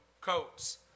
coats